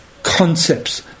Concepts